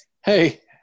hey